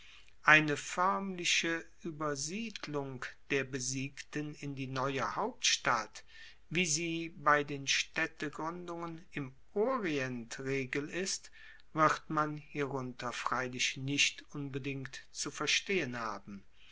eine foermliche uebersiedelung der besiegten in die neue hauptstadt wie sie bei den staedtegruendungen im orient regel ist wird man hierunter freilich nicht unbedingt zu verstehen haben